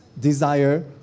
desire